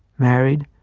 married,